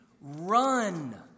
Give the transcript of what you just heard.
run